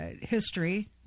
history